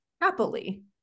happily